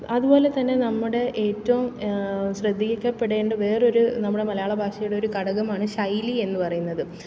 അതുപോലെതന്നെ നമ്മുടെ ഏറ്റവും ശ്രദ്ധിക്കപ്പെടേണ്ട വേറൊരു നമ്മുടെ മലയാളഭാഷയുടെ ഒരു ഘടകമാണ് ശൈലി എന്ന് പറയുന്നത്